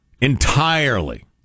Entirely